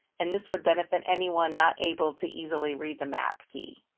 and this would benefit anyone not able to easily read the map key.